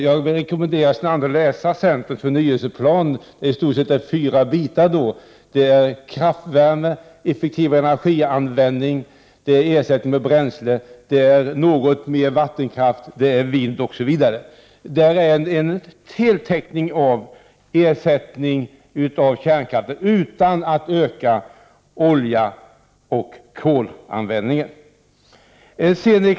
Jag rekommenderar Sten Andersson att läsa centerns förnyelseplan, där det i stort sett är fyra bitar: kraftvärme, effektivare energianvändning, ersättning med bränsle, samt något mer vattenkraft, vind osv. Där finns en heltäckning av ersättningen av kärnkraften, utan att man behöver öka oljeoch kolanvändningen.